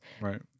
Right